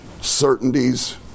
certainties